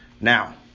Now